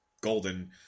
Golden